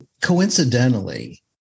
Coincidentally